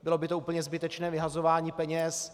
Bylo by to úplně zbytečné vyhazování peněz.